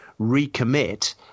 recommit